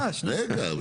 רגע.